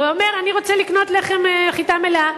ואומר: אני רוצה לקנות לחם חיטה מלאה.